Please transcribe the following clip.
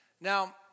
Now